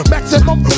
Maximum